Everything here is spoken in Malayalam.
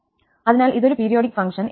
അതിനാൽ ഇതൊരു പീരിയോഡിക് ഫംഗ്ഷൻ fx π f ആണ്